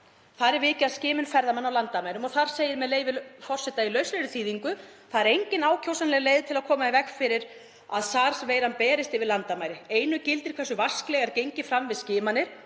Þar er vikið að skimun ferðamanna á landamærum og þar segir, með leyfi forseta, í lauslegri þýðingu: Það er engin ákjósanleg leið til að koma í veg fyrir að SARS-veiran berist yfir landamæri. Einu gildir hversu vasklega er gengið fram við skimanir